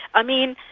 i mean,